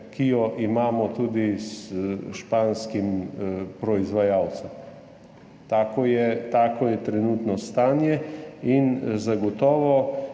ki jo imamo tudi s španskim proizvajalcem. Tako je trenutno stanje. Zagotovo